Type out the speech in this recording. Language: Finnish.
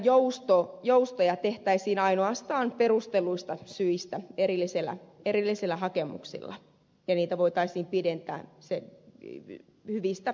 tukiajan joustoja tehtäisiin ainoastaan perustelluista syistä erillisillä hakemuksilla ja niitä voitaisiin pidentää hyvistä perusteluista